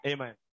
Amen